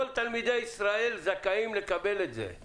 האם זה נחלתם של כלל תלמידי ישראל?< כן.